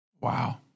Wow